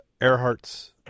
Earhart's